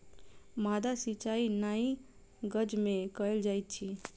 माद्दा सिचाई नाइ गज में कयल जाइत अछि